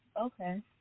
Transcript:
Okay